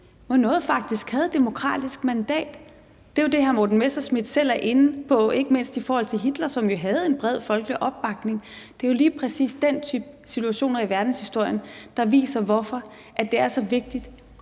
hvoraf noget faktisk havde demokratisk mandat. Det er jo det, hr. Morten Messerschmidt selv er inde på, ikke mindst i forhold til Hitler, som jo havde en bred folkelig opbakning. Det er jo lige præcis den type situationer i verdenshistorien, der viser, hvorfor det er så vigtigt